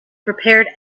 prepared